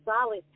solid